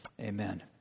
amen